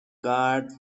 guards